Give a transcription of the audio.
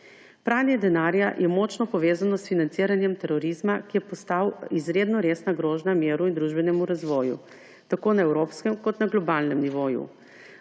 Pranje denarja je močno povezano s financiranjem terorizma, ki je postal izredno resna grožnja miru in družbenemu razvoju tako na evropskem kot na globalnem nivoju.